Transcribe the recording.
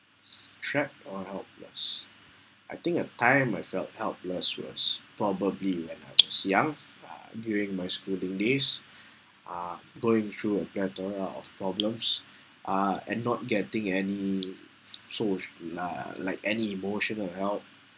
trapped or helpless I think a time I felt helpless was probably when I was young uh during my schooling days uh going through a plethora of problems uh and not getting any sort of reli~ ah like any emotional help